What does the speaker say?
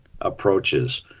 approaches